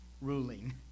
ruling